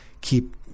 keep